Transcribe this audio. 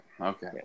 Okay